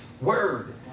word